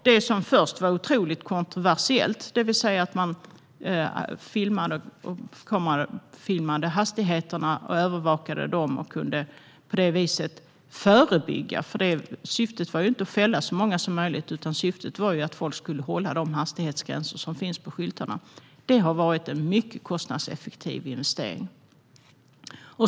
Det som först var otroligt kontroversiellt, det vill säga att man kameraövervakade hastigheterna och på det viset kunde förebygga olyckor - syftet var ju inte att fälla så många som möjligt utan att folk skulle hålla de hastighetsgränser som finns på skyltarna - har varit en mycket kostnadseffektiv investering.